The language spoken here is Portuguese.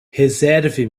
reserve